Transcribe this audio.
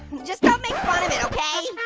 just don't make fun of it, okay?